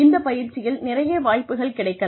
இந்த பயிற்சியில் நிறைய வாய்ப்புகள் கிடைக்கலாம்